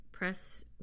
Press